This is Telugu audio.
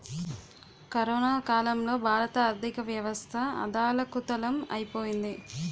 కరోనా కాలంలో భారత ఆర్థికవ్యవస్థ అథాలకుతలం ఐపోయింది